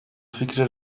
fikri